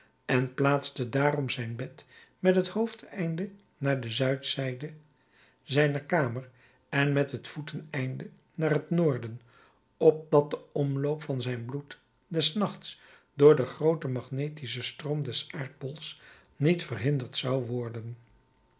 en plaatste daarom zijn bed met het hoofdeinde naar de zuidzijde zijner kamer en met het voeteneinde naar het noorden opdat de omloop van zijn bloed des nachts door den grooten magnetischen stroom des aardbols niet verhinderd zou worden